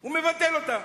הוא מבטל אותה.